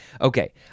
Okay